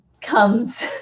comes